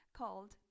called